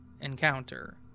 encounter